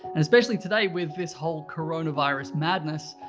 and especially today with this whole coronavirus madness,